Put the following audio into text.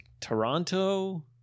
Toronto